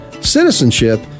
citizenship